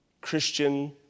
Christian